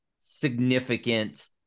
significant